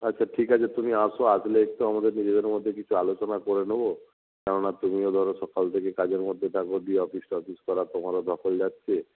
আচ্ছা ঠিক আছে তুমি আসো আসলে একটু আমাদের নিজেদের মধ্যে কিছু আলোচনা করে নেব কেননা তুমিও ধরো সকাল থেকে কাজের মধ্যে থাক দিয়ে অফিস টফিস করা তোমারও ধকল যাচ্ছে